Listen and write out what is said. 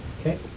Okay